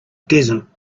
desert